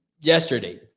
yesterday